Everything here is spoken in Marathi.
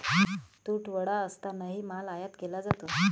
तुटवडा असतानाही माल आयात केला जातो